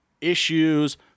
issues